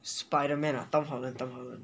spiderman ah tom holland tom holland